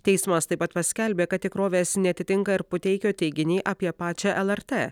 teismas taip pat paskelbė kad tikrovės neatitinka ir puteikio teiginiai apie pačią lrt